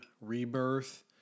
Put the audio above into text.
Rebirth